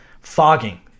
Fogging